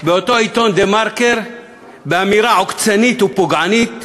באותו עיתון "דה-מרקר", באמירה עוקצנית ופוגענית: